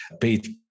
paid